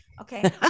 Okay